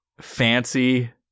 fancy